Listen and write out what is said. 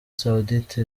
saoudite